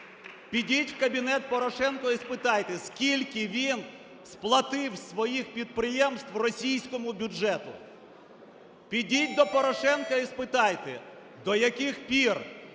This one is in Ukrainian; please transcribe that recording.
Підіть в кабінет до Порошенка і спитайте, скільки він сплатив зі своїх підприємств російському бюджету? Підіть до Порошенка і спитайте, до яких пір